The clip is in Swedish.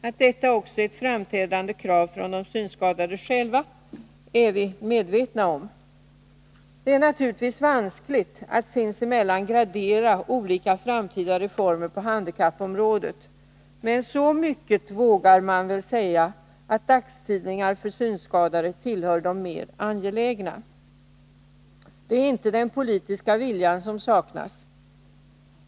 Att detta också är ett framträdande krav från de synskadade själva är vi medvetna om. Det är naturligtvis vanskligt att sinsemellan gradera olika framtida reformer på handikappområdet, men så mycket vågar man väl säga att dagstidningar för synskadade tillhör de mer angelägna. Det är inte den politiska viljan som saknas.